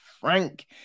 Frank